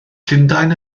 llundain